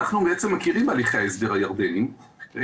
מכירים בהליכי ההסדר הירדנים,